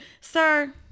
Sir